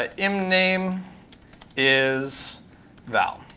ah im name is val.